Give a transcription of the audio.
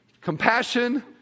Compassion